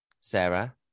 Sarah